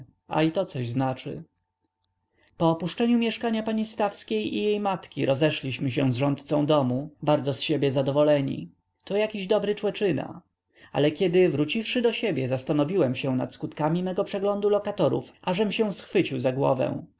a i to coś znaczy po opuszczeniu mieszkania pani stawskiej i jej matki rozeszliśmy się z rządcą domu bardzo z siebie zadowoleni to jakiś dobry człeczyna ale kiedy wróciwszy do siebie zastanowiłem się nad skutkami mego przeglądu lokatorów ażem się schwycił za głowę